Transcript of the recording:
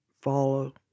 follow